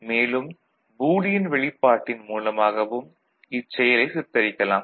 மேலும் பூலியன் வெளிப்பாட்டின் மூலமாகவும் இச்செயலை சித்தரிக்கலாம்